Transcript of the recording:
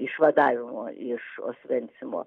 išvadavimo iš osvencimo